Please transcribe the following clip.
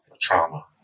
trauma